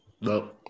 No